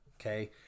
Okay